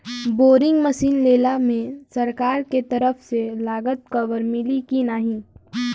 Boring machine लेला मे सरकार के तरफ से लागत कवर मिली की नाही?